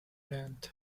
oriente